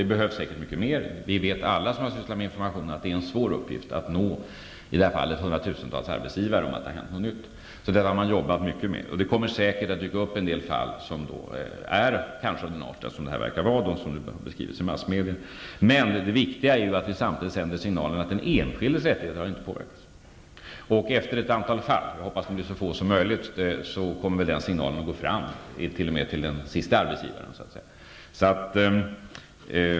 Det behövs säkert mycket mer information; alla vi som har sysslat med information vet att det är en svår uppgift att nå hundratusentals arbetsgivare när det har hänt någonting nytt. Det kommer säkert att dyka upp en del fall som är av samma art som det fall som har beskrivits i massmedia. Det viktiga är att vi samtidigt sänder signalen att den enskildes rättigheter inte har påverkats. Efter ett antal fall -- jag hoppas att det blir så få som möjligt -- kommer väl den signalen att gå fram, t.o.m. till den siste arbetsgivaren.